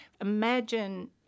Imagine